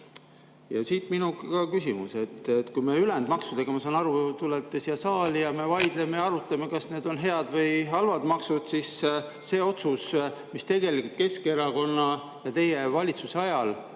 Sikkut. Siit minu küsimus. Kui te ülejäänud maksudega, ma saan aru, tulete siia saali ja me vaidleme, arutleme, kas need on head või halvad maksud, siis see otsus, mis tegelikult Keskerakonna ja teie valitsuse ajal